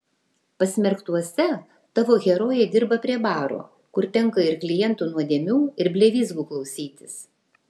pasmerktuose tavo herojė dirba prie baro kur tenka ir klientų nuodėmių ir blevyzgų klausytis